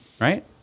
right